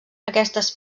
aquestes